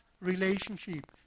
relationship